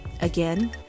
Again